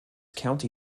county